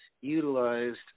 Utilized